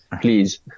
please